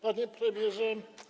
Panie Premierze!